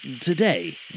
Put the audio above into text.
today